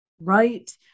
right